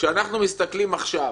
כשאנחנו מסתכלים עכשיו